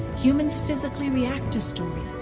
human physically react to story.